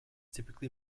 typically